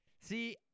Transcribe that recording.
See –